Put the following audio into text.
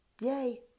Yay